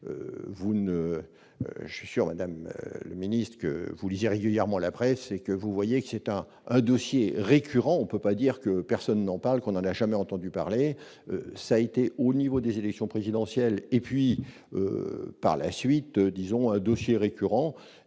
je suis en Madame le Ministre, que vous lisiez régulièrement la presse et que vous voyez qui c'est à à dossier récurrent, on peut pas dire que personne n'en parle qu'on n'en a jamais entendu parler, ça a été au niveau des élections présidentielles et puis par la suite disons un dossier récurrent